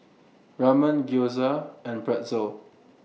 Ramen Gyoza and Pretzel